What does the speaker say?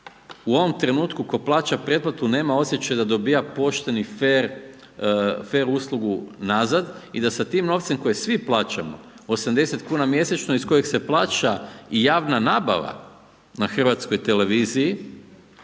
u ovom trenutku tko plaća preplatu nema osjećaj da dobiva pošteni fer, fer uslugu nazad i da sa tim novcem kojim svi plaćamo 80,00 kn mjesečno, iz kojeg se plaća i javna nabava na HRT-u da to